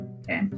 Okay